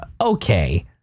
okay